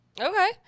Okay